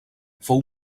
fou